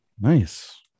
Nice